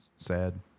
Sad